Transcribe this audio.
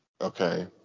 okay